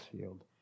field